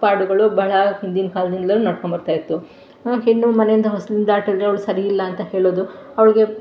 ಪಾಡುಗಳು ಬಹಳ ಹಿಂದಿನ ಕಾಲದಿಂದ್ಲೂ ನಡ್ಕೊಂಡ್ಬರ್ತಾಯಿತ್ತು ಆವಾಗ ಹೆಣ್ಣು ಮನೆಯಿಂದ ಹೊಸ್ಲು ದಾಟಿದರೆ ಅವ್ಳು ಸರಿ ಇಲ್ಲ ಅಂತ ಹೇಳೋದು ಅವ್ಳಿಗೆ